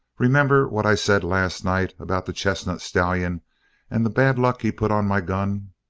remember what i said last night about the chestnut stallion and the bad luck he put on my gun?